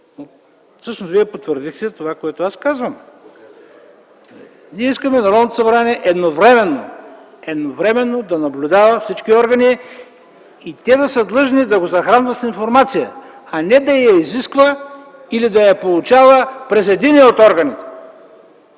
Всъщност Вие потвърдихте това, което аз казвам. Ние искаме Народното събрание едновременно да наблюдава всички органи и те да са длъжни да го захранват с информация, а не да я изисква или да я получава през единия от органите.